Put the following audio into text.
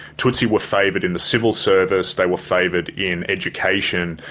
tutsi were favoured in the civil service, they were favoured in education.